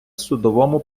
судовому